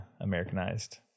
americanized